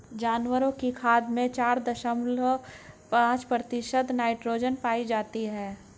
जानवरों की खाद में चार दशमलव पांच प्रतिशत नाइट्रोजन पाई जाती है